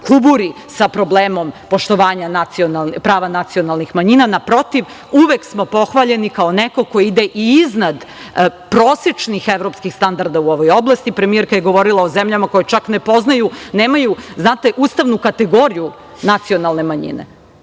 kuburi sa problemom poštovanja prava nacionalnih manjina. Naprotiv, uvek smo pohvaljeni kao neko ko ide i iznad prosečnih evropskih standarda u ovoj oblasti, a premijerka je govorila o zemljama koje čak ne poznaju, nemaju ustavnu kategoriju nacionalne manjine. Znači,